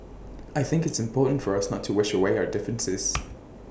I think it's important for us not to wish away our differences